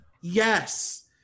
Yes